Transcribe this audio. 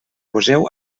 poseu